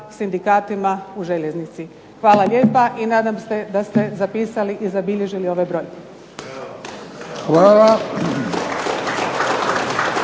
sindikatima u željeznici. Hvala lijepa i nadam se da ste zapisali i zabilježili ove brojke.